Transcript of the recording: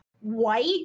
white